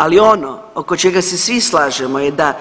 Ali ono oko čega se svi slažemo je da